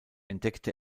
entdeckte